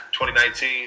2019